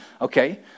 okay